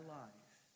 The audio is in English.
life